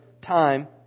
time